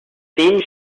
scene